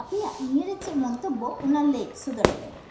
ᱟᱯᱮᱭᱟᱜ ᱱᱤᱭᱟᱹᱨᱮ ᱪᱮᱫ ᱢᱚᱱᱛᱚᱵᱵᱚ ᱚᱱᱟ ᱞᱟᱹᱭ ᱥᱚᱫᱚᱨ ᱯᱮ